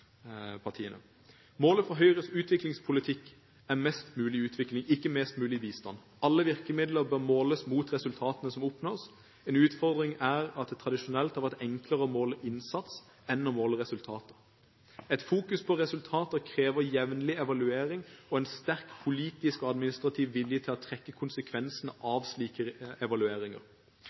Målet for Høyres utviklingspolitikk er mest mulig utvikling – ikke mest mulig bistand. Alle virkemidler bør måles mot resultatene som oppnås. En utfordring er at det tradisjonelt har vært enklere å måle innsats enn å måle resultater. Et fokus på resultater krever jevnlig evaluering og en sterk politisk og administrativ vilje til å trekke konsekvensene av slike evalueringer. Derfor ønsker Høyre å gjennomføre jevnlige evalueringer